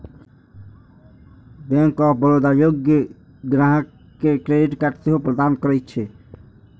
bank of Baroda योग्य ग्राहक कें क्रेडिट कार्ड सेहो प्रदान करै छै